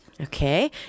Okay